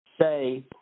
say